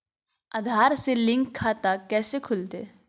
आधार से लिंक खाता कैसे खुलते?